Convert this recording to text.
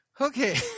okay